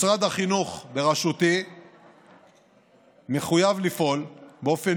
משרד החינוך בראשותי מחויב לפעול באופן